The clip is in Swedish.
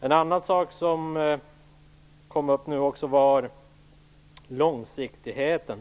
En annan sak som nu kom upp var långsiktigheten.